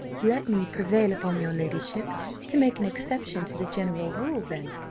let me prevail upon your ladyship to make an exception to the general rule then,